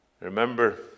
Remember